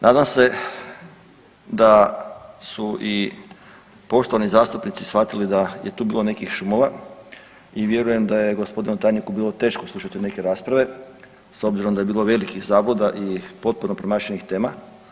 Nadam se da su i poštovani zastupnici shvatili da je tu bilo nekih šumora i vjerujem da je gospodinu tajniku bilo teško slušati neke rasprave s obzirom da je bilo velikih zabluda i potpuno promašenih tema.